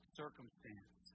circumstance